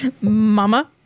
Mama